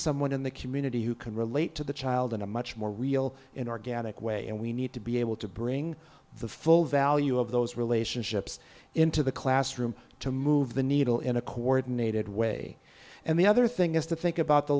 someone in the community who can relate to the child in a much more real an organic way and we need to be able to bring the full value of those relationships into the classroom to move the needle in a coordinated way and the other thing is to think about the